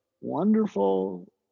wonderful